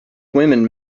women